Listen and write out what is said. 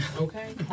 Okay